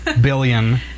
billion